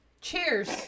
Cheers